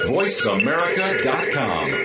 VoiceAmerica.com